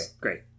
Great